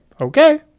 Okay